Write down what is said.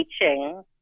teaching